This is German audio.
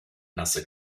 nasse